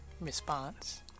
response